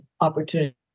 opportunity